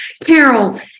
Carol